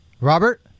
Robert